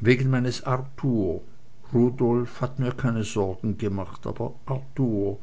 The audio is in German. wegen meines arthur rudolf hat mir keine sorgen gemacht aber arthur